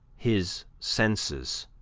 his senses.